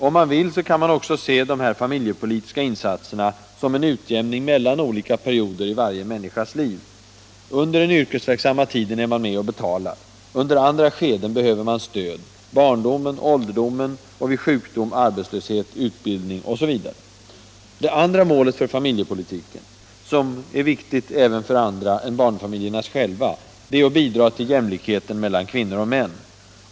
Om man vill, kan man också se de familjepolitiska insatserna som en utjämning mellan olika perioder i varje människas liv. Under den yrkesverksamma tiden är man med och betalar. Under andra skeden behöver man stöd — under barndomen och ålderdomen, vid sjukdom, arbetslöshet, utbildning osv. Det andra målet för familjepolitiken, som är viktigt även för andra än barnfamiljerna själva, är att bidra till jämlikheten mellan kvinnor och män.